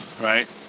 right